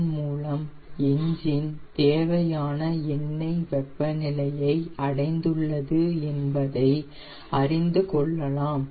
இதன் மூலம் என்ஜின் தேவையான எண்ணெய் வெப்பநிலையை அடைந்துள்ளது என்பதை அறிந்துகொள்ளலாம்